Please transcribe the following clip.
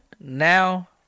now